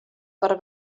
per